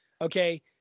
Okay